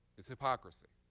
is hypocrisy.